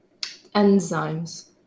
enzymes